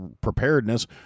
preparedness